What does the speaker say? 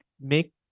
make